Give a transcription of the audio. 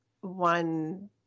one